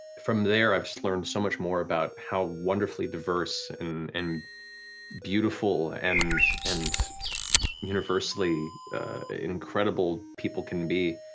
from there i just learned so much more about how wonderfully diverse and and beautiful and and universally incredible people can be.